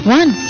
one